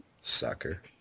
Sucker